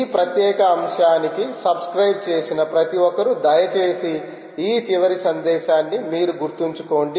ఈ ప్రత్యేక అంశానికి సబ్స్క్రయిబ్ చేసిన ప్రతి ఒక్కరూ దయచేసి ఈ చివరి సందేశాన్ని మీరు గుర్తుంచుకోండి